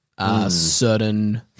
Certain